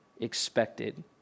expected